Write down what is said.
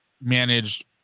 managed